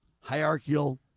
hierarchical